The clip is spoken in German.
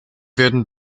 werden